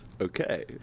Okay